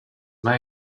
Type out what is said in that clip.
may